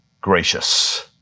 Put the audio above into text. gracious